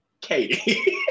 Katie